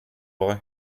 vrai